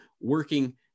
working